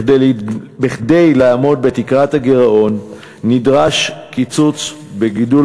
כדי לעמוד בתקרת הגירעון נדרש קיצוץ בגידול